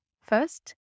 First